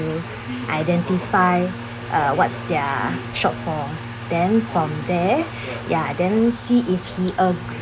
to identify uh what's their shortfall then from there ya then he if he uh